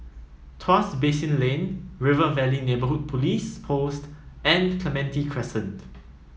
Tuas Basin Lane River Valley Neighbourhood Police Post and Clementi Crescent